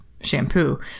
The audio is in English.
shampoo